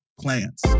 plans